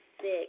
sick